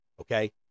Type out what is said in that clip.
okay